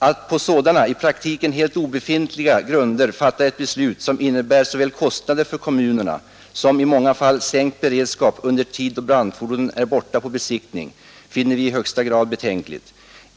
Att på sådana, i praktiken helt obefintliga, grunder fatta ett beslut som innebär såväl kostnader för kommunerna som, i många fall, sänkt beredskap under tid då brandfordonen är borta på besiktning finner vi i högsta grad betänkligt.